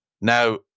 Now